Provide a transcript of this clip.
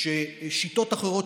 ששיטות אחרות,